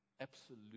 Absolute